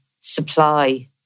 supply